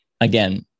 again